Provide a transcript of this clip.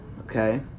Okay